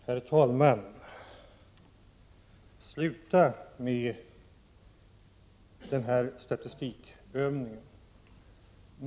Herr talman! Sluta med den här statistikövningen!